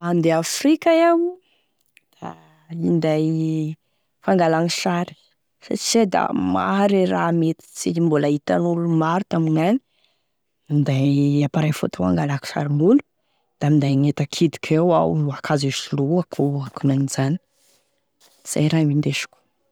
Handeha Afrika iaho, minday fangalagny sary satria da maro e raha mety tsy mbola hitan'olo maro tamignagny, minday appareil photo angalagny sarin'olo da minday enta kidiko eo aho, ankazo hisoloako, akonan'izany, izay e raha ho indesiko.